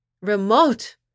Remote